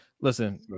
Listen